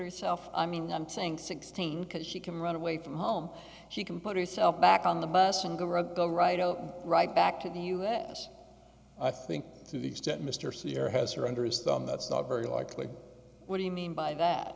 herself i mean i'm saying sixteen because she can run away from home she can put herself back on the bus and go read the right of right back to the us i think to the extent mr cicare has her under his thumb that's not very likely what do you mean by that